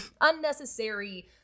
unnecessary